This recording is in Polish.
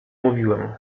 mówiłem